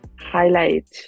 highlight